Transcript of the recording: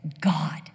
God